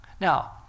now